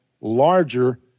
larger